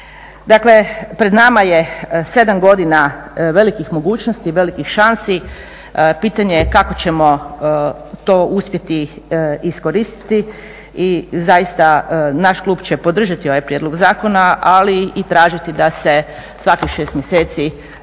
Dakle pred nama je 7 godina velikih mogućnosti i velikih šansi, pitanje je kako ćemo to uspjeti iskoristiti i zaista naš klub će podržati ovaj prijedlog zakona, ali i tražiti da se svakih 6 mjeseci informira